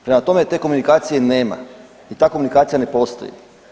Prema tome, te komunikacije nema i ta komunikacija ne postoji.